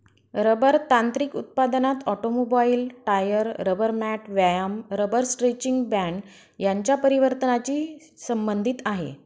rubber तांत्रिक उत्पादनात automobile, tyre, rubber mat, व्यायाम रबर स्ट्रेचिंग बँड यांच्या परिवर्तनाची संबंधित आहे